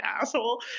asshole